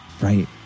Right